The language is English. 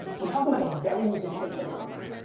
we're talkin' bout a very recent phenomenon.